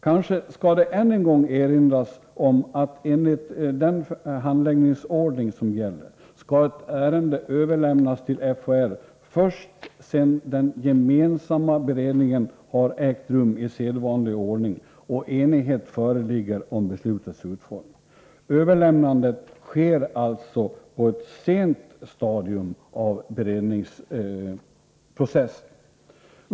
Kanske skall det än en gång erinras om att enligt den handläggningsordning som gäller skall ett ärende överlämnas till FHR först sedan den gemensamma beredningen har ägt rum i sedvanlig ordning och enighet föreligger om beslutets utformning. Överlämnandet sker alltså på ett sent stadium av beredningsprocessen.